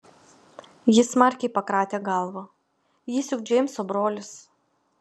ji smarkiai pakratė galvą jis juk džeimso brolis